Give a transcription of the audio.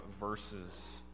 verses